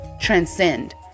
transcend